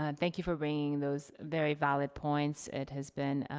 ah thank you for bringing those very valid points. it has been